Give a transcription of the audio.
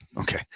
okay